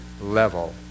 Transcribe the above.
level